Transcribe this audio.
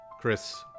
Chris